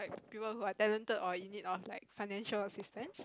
people who are talented or in need of financial assistance